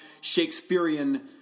Shakespearean